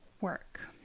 work